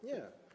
Nie.